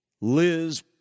Liz